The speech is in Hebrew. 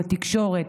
בתקשורת,